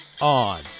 on